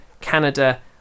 Canada